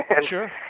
Sure